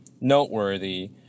noteworthy